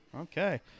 Okay